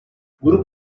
grup